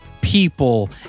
people